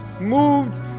moved